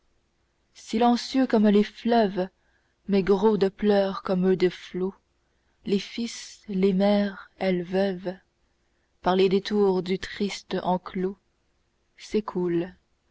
silencieux comme les fleuves mais gros de pleurs comme eux de flots les fils les mères elles veuves par les détours du triste enclos